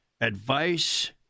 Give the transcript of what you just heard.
advice